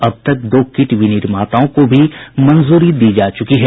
अब तक दो किट विनिर्माताओं को भी मंजूरी दी जा चुकी है